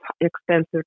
expensive